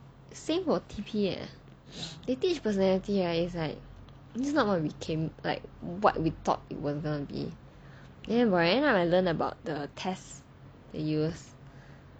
same for t_p leh they teach personality right is like is not what we came like what we thought it was going it was going to be then we end up we learnt about the test they use